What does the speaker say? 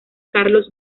carlos